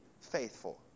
faithful